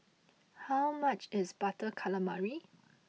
how much is Butter Calamari